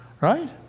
Right